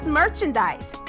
merchandise